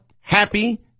happy